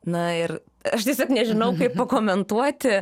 na ir aš tiesiog nežinau kaip pakomentuoti